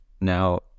now